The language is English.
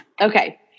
okay